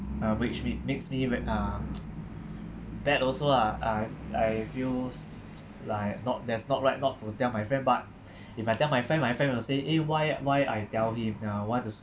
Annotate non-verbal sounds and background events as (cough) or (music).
uh which me makes me very uh (noise) bad also lah I I feels like not that's not right not to tell my friend but (breath) if I tell my friend my friend will say eh why why I tell him you know want to